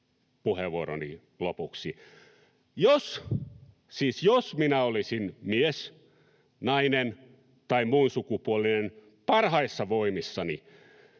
puheenvuoroni lopuksi: jos — siis jos — minä olisin mies, nainen tai muunsukupuolinen parhaissa voimissani,